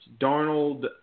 Darnold